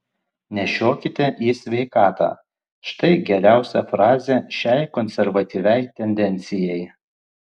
nešiokite į sveikatą štai geriausia frazė šiai konservatyviai tendencijai